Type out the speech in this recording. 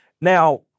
Now